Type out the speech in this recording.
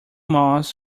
moss